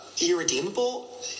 irredeemable